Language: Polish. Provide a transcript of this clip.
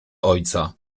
ojca